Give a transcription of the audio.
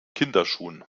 kinderschuhen